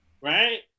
Right